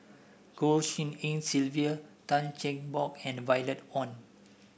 Goh Tshin En Sylvia Tan Cheng Bock and Violet Oon